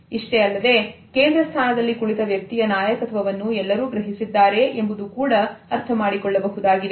ಇಷ್ಟೇ ಅಲ್ಲದೆ ಕೇಂದ್ರ ಸ್ಥಾನದಲ್ಲಿ ಕುಳಿತ ವ್ಯಕ್ತಿಯ ನಾಯಕತ್ವವನ್ನು ಎಲ್ಲರೂ ಗ್ರಹಿಸಿದ್ದಾರೆ ಎಂಬುದು ಕೂಡ ಅರ್ಥಮಾಡಿಕೊಳ್ಳಬಹುದಾಗಿದೆ